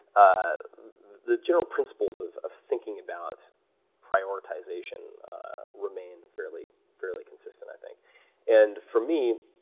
ah the general principles of of thinking about prioritization remain fairly fairly consistent, i think and, for me,